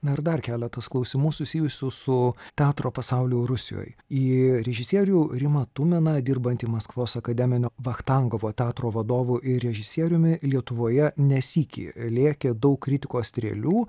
na ir dar keletas klausimų susijusių su teatro pasauliu rusijoj į režisierių rimą tuminą dirbantį maskvos akademinio vachtangovo teatro vadovu ir režisieriumi lietuvoje ne sykį lėkė daug kritikos strėlių